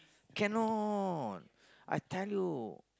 cannot I tell you